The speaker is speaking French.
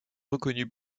reconnu